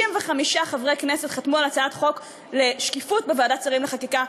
65 חברי כנסת חתמו על הצעת חוק לשקיפות בוועדת שרים לחקיקה.